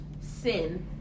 sin